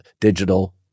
digital